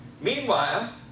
Meanwhile